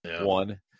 one